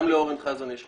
אני פותח את הדיון.